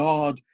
God